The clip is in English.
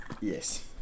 Yes